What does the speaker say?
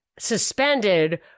suspended